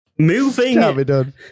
Moving